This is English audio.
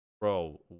Bro